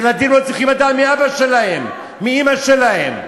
ילדים לא צריכים לדעת מי אבא שלהם, מי אימא שלהם,